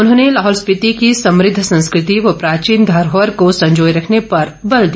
उन्होंने लाहौल स्पिति की समृद्ध संस्कृति व प्राचीन धरोहर को संजोय रखने पर बल दिया